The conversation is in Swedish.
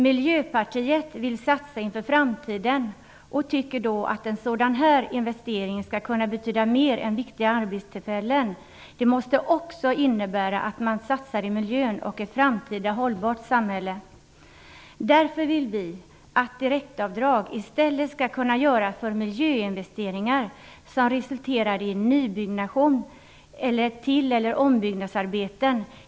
Miljöpartiet vill satsa inför framtiden och tycker då att en sådan här investering skall kunna betyda mer än viktiga arbetstillfällen. Den måste också innebära att man satsar i miljön och ett framtida hållbart samhälle. Därför vill vi att direktavdrag i stället skall kunna göras för miljöinvesteringar, som resulterar i nybyggnation eller i till eller ombyggnadsarbeten.